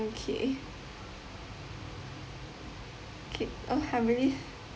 okay okay oh how many